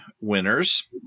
winners